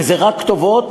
וזה רק כתובות,